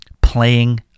playing